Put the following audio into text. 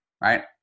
right